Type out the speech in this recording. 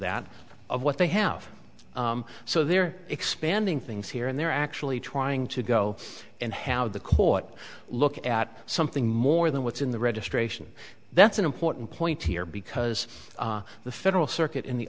that of what they have so they're expanding things here and they're actually trying to go and have the court look at something more than what's in the registration that's an important point here because the federal circuit in the